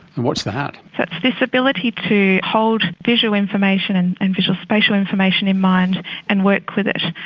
and what's that? it's this ability to hold visual information and and visual spatial information in mind and work with it.